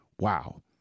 Wow